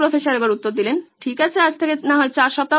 professor 2 ঠিক আছে আজ থেকে 4 সপ্তাহ